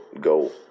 go